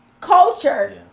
Culture